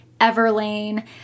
Everlane